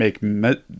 make